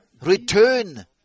return